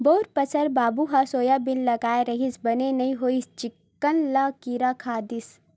पउर बछर बाबू ह सोयाबीन लगाय रिहिस बने नइ होइस चिक्कन ल किरा खा दिस